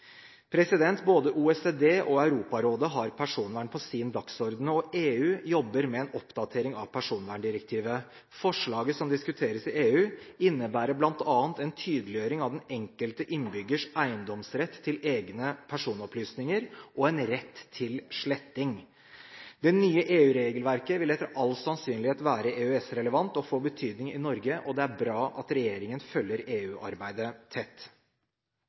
Både OECD og Europarådet har personvern på sin dagsorden, og EU jobber med en oppdatering av personverndirektivet. Forslaget som diskuteres i EU, innebærer bl.a. en tydeliggjøring av den enkelte innbyggers eiendomsrett til egne personopplysninger og en rett til sletting. Det nye EU-regelverket vil etter all sannsynlighet være EØS-relevant og få betydning i Norge, og det er bra at regjeringen følger EU-arbeidet tett.